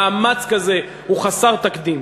מאמץ כזה הוא חסר תקדים.